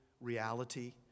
reality